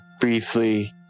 briefly